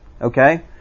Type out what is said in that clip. okay